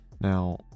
Now